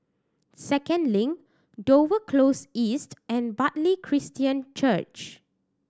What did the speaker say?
Second Link Dover Close East and Bartley Christian Church